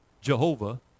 Jehovah